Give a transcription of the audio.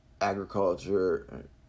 agriculture